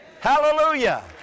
Hallelujah